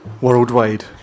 worldwide